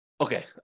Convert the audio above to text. Okay